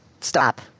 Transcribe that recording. Stop